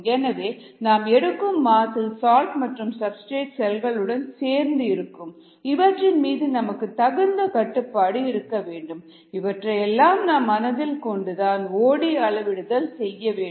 எனவே நாம் எடுக்கும் மாஸ் இல் சால்ட் மற்றும் சப்ஸ்டிரேட் செல்களுடன் சேர்ந்து இருக்கும் இவற்றின் மீது நமக்கு தகுந்த கட்டுப்பாடு இருக்க வேண்டும் இவற்றையெல்லாம் நாம் மனதில் வைத்துக்கொண்டு ஓ டி அளவிடுதல் செய்ய வேண்டும்